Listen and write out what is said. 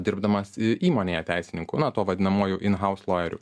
dirbdamas įmonėje teisininkų na to vadinamųjų influencerių